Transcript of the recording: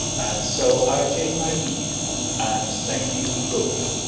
and so i take my leave, and thank you both.